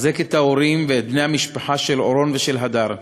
לחזק את ההורים ואת בני המשפחה של אורון ושל הדר,